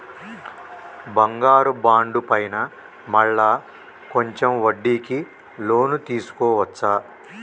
బంగారు బాండు పైన మళ్ళా కొంచెం వడ్డీకి లోన్ తీసుకోవచ్చా?